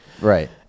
Right